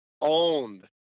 owned